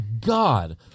God